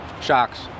shocks